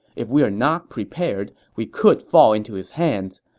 if we're not prepared, we could fall into his hands.